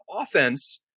offense